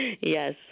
Yes